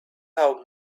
out